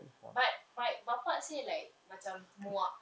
but my bapa say like macam muak